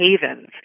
havens